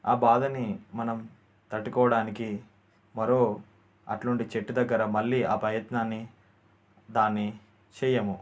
ఆ బాధని మనం తట్టుకోవడానికి మరో అటువంటి చెట్టుదగ్గర మళ్ళీ ఆ ప్రయత్నాన్ని దాన్ని చేయము